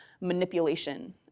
manipulation